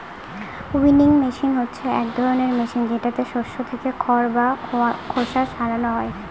winnowing machine হচ্ছে এক ধরনের মেশিন যেটাতে শস্য থেকে খড় বা খোসা ছারানো হয়